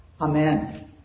Amen